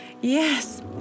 Yes